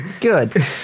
Good